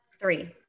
Three